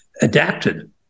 adapted